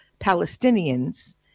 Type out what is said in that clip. Palestinians